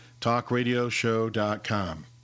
talkradioshow.com